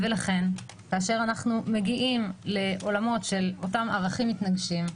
ולכן כאשר אנחנו מגיעים לעולמות של אותם ערכים מתנגשים,